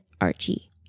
Archie